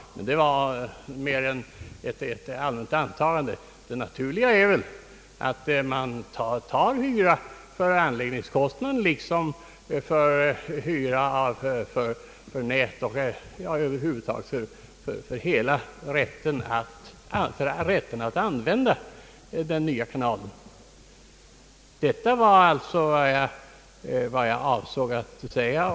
Det var inte mer än ett antagande. Det naturliga är väl att man tar hyra för anläggningskostnaden liksom man tar hyra för nätet och över huvud taget hela rätten att använda den nya kanalen. Detta var alltså vad jag avsåg att säga.